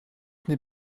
n’est